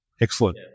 excellent